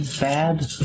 bad